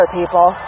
people